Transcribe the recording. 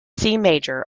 major